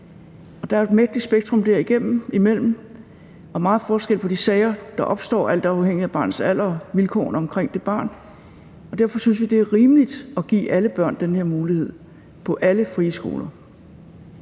der er et mægtigt spektrum derimellem – der er meget forskel på de sager, der opstår, alt afhængigt af barnets alder og vilkårene omkring det barn. Derfor synes vi, det er rimeligt at give alle børn den her mulighed på alle frie skoler.